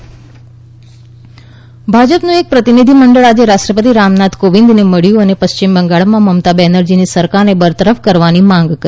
કોવિંદ ભાજપ ભાજપનું એક પ્રતિનિધિમંડળ આજે રાષ્ટ્રપતિ રામનાથ કોવિંદને મબ્યું અને પશ્ચિમ બંગાળમાં મમતા બેનરજીની સરકારને બરતરફ કરવાની માંગ કરી